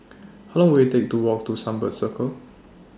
How Long Will IT Take to Walk to Sunbird Circle